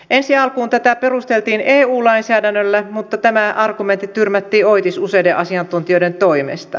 ensi alkuun tätä perusteltiin eu lainsäädännöllä mutta tämä argumentti tyrmättiin oitis useiden asiantuntijoiden toimesta